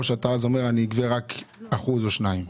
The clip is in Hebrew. או שאז אתה אומר שאתה תגבה רק אחוז או שניים?